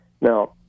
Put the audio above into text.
Now